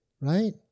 right